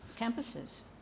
campuses